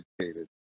educated